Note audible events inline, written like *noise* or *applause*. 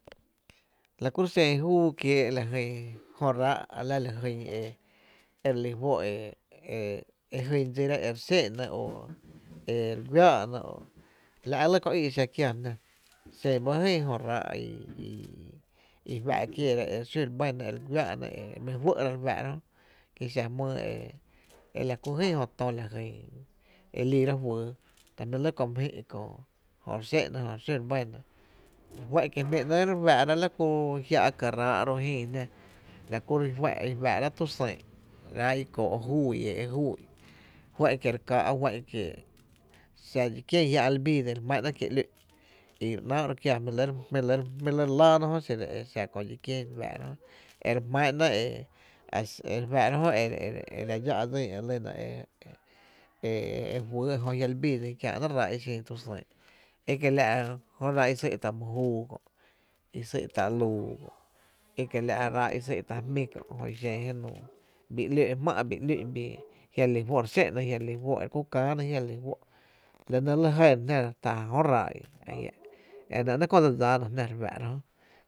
La kúro’ xen júú kiéé’ la jyn jö ráá’, a la la jyn e re lí fó’ e *hesitation* e jyn dsira e re xé’na o e re güáá’na, la’ lɇ köö í e xa kiáá jná, xen ba jyn jö ráá’ i fá’ kieera re xún re bɇna e re güa’na e re mi juɇ’ra re fáá’ra jö ki xa jmýý e la ku jyn jö tÓ e la ljyn e liira juýý ta jmí’ lɇ kö my jï’ köö, jö re xé’na jö re xún re bá na juá’n kie jmí ‘néé’ jia’ ka ráá’ ru’ jïï jná la kuru’ i fáá’rá’ tü sÿÿ’ i i kóó’ júu i éé’ júu i, fá’n kie’ re káá’ fá’n kiee’ xa dxi kién, jia libii dsín re jmⱥ’na kí ‘lú’n, kie’ re ´náá’ ro’ kiaa ere jmí’ re lɇ re lⱥⱥ na jö xiro e xa köö dxi kién re fáá’ra jö e rejmá’na jö e *hesitation* e re e lyna e dse dxá’ dsin e *hesitation* e juyy e jö jia’ li bii dsín e re jmá’na ráá’ i xin tu sÿÿ’ i i kiela’ jö ráá’ i sy’tá’ my júu kö’ i sý’ tá’ ‘luu, i kiela’ ráá’ i sý’ t{á’ jm{í kö’ i xen jenuu, bii ‘lóó’ jmá’ bi ‘lú’n bii jia’ re lí fó’ e re xe’na, jia’ re lpí fó’ e re ku kää ná jia’ re lí fó’, la nɇ lɇ jëëna jná tá’ jö ráá’ i, e nɇ ‘néé’ köö dse dsáána jná re fáá’ra jö ne.